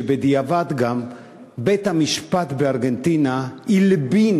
ובדיעבד גם בית-המשפט בארגנטינה הלבין